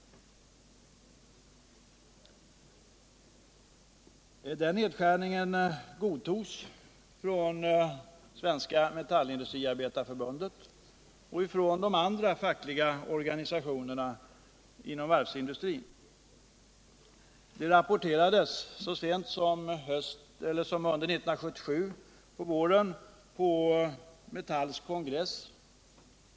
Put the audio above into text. Denna nedskärning godtogs av Svenska metallindustriarbetareförbundet och av de andra fackliga organisationerna inom varvsindustrin. Det framhölls så sent som under våren 1977 av Metalls kongress.